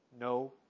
no